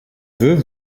veux